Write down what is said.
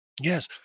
Yes